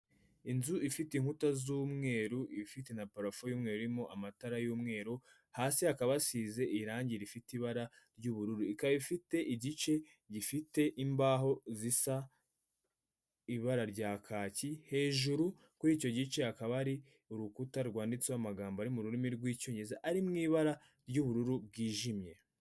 Inzu ifite inkuta z'umweru, ifite na parafo y'umweru, irimo amatara y'umweru, hasi hakaba hasize irangi rifite ibara ry'ubururu. Ikaba ifite igice gifite imbaho zisa ibara rya kaki, hejuru kuri icyo gice hakaba hari urukuta rwanditseho amagambo ari mu rurimi rw'icyongereza ari mu ibara ry'ubururu bwijimye.